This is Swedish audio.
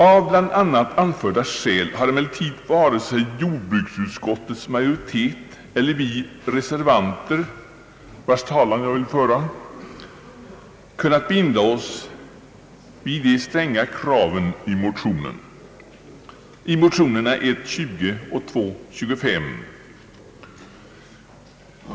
Av bland annat anförda skäl har emellertid varken jordbruksutskottets majoritet eller vi reservanter, vilkas talan jag vill föra, kunnat binda oss vid de stränga kraven i motionerna I:20 och II: 25.